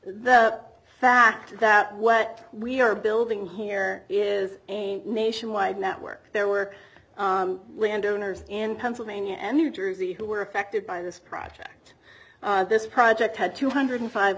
the fact that what we are building here is a nationwide network there were landowners in pennsylvania and new jersey who were affected by this project this project had two hundred